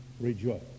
rejoice